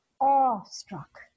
awestruck